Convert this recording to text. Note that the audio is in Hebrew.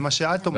זה מה שאת אומרת.